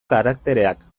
karaktereak